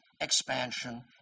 expansion